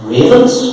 Ravens